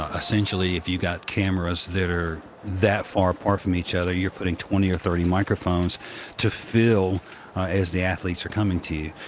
ah essentially, if you've got cameras that are that far apart from each other, you're putting twenty or thirty microphones to fill as the athletes are coming to you,